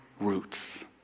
roots